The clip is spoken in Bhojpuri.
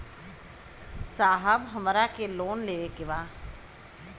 साहब हमरा के लोन लेवे के बा